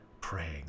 praying